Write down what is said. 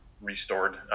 restored